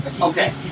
Okay